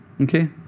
Okay